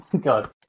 God